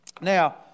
Now